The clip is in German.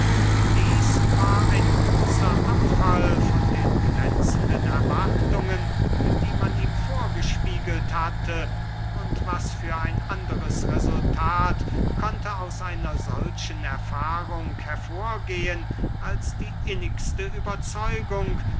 dieß war ein großer abfall von den glänzenden erwartungen die man ihm vorgespiegelt hatte und was für ein anderes resultat konnte aus einer solchen erfahrung hervorgehen als die innigste überzeugung